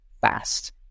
fast